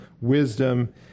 wisdom